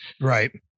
right